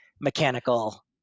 mechanical